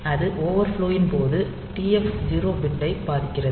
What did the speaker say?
அது ஓவர்ஃப்லோ இன் போது TF0 பிட்டை பாதிக்கிறது